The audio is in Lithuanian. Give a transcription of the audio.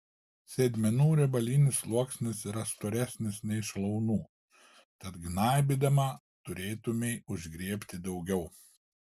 sėdmenų riebalinis sluoksnis yra storesnis nei šlaunų tad gnaibydama turėtumei užgriebti daugiau